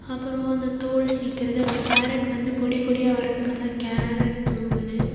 அப்புறம் அந்த தோல் சீக்கிறது அப்புறம் கேரட் வந்து பொடிப்பொடியாக வர்றதுக்கு அந்த கேரட் துருவல்